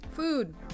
Food